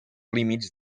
límits